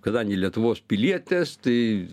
kadangi lietuvos pilietės tai